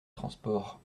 transport